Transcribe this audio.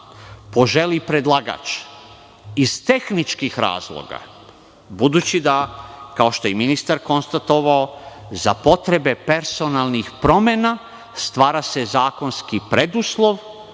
poželi predlagač iz tehničkih razloga, budući da kao što je i ministar konstatovao za potrebe personalnih promena, stvara se zakonski preduslov